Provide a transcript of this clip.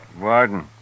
Warden